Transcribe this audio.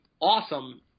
awesome